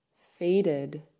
Faded